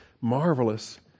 marvelous